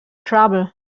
trouble